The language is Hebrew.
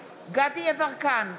יברקן,